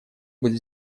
быть